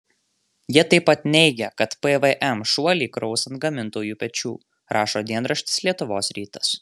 jie taip pat neigia kad pvm šuolį kraus ant gamintojų pečių rašo dienraštis lietuvos rytas